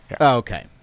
okay